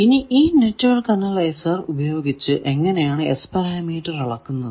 ഇനി ഈ network analyser ഉപയോഗിച്ച് എങ്ങനെയാണു S പാരാമീറ്റർ അളക്കുന്നത്